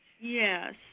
Yes